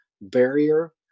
barrier